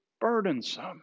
burdensome